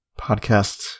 podcast